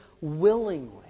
willingly